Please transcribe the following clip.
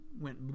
went